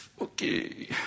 Okay